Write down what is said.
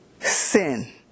sin